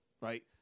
right